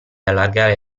allargare